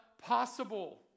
possible